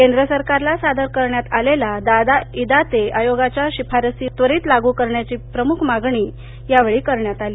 केंद्र सरकारला सादर करण्यात आलेला दादा इंदाते आयोगाच्या शिफारशी त्वरीत लागु करण्याची प्रमुख मागणी यावेळी करण्यात आली